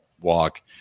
walk